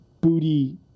booty